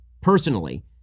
personally